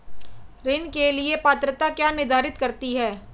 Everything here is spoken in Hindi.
ऋण के लिए पात्रता क्या निर्धारित करती है?